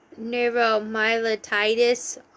neuromyelitis